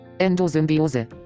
Endosymbiose